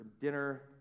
dinner